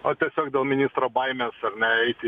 na tiesiog dėl ministro baimės ar ne eiti